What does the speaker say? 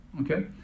Okay